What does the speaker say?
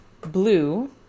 blue